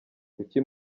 kuki